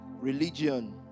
religion